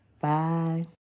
Bye